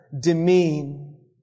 Demean